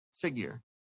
figure